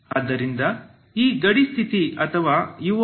ಆದ್ದರಿಂದ ಈ ಗಡಿ ಸ್ಥಿತಿ ಅಥವಾ u0tk